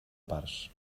parts